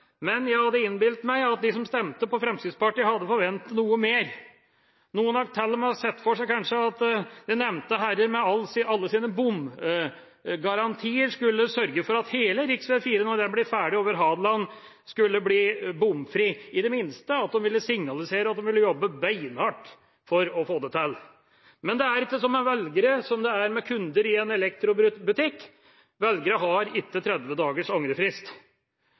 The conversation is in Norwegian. men jeg innbiller meg at de som stemte på Fremskrittspartiet, hadde forventet noe mer. Noen har til og med kanskje sett for seg at de nevnte herrer, med alle sine bomgarantier, ville sørge for at hele rv. 4, når den blir ferdig over Hadeland, blir bomfri – i det minste at de ville signalisere at de ville jobbe beinhardt for å få det til. Men det er ikke med velgere som det er med kunder i en elektrobutikk. Velgere har ikke 30 dagers angrefrist.